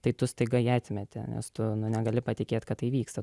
tai tu staiga ją atmetė nes tu negali patikėt kad tai vyksta